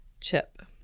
chip